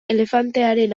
elefantearen